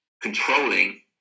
controlling